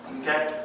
okay